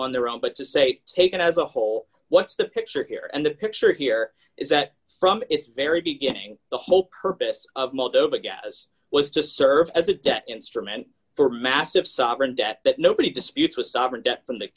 on their own but to say taken as a whole what's the picture here and the picture here is that from its very beginning the whole purpose of modern the gas was to serve as a debt instrument for massive sovereign debt but nobody disputes with sovereign debt from the